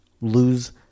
lose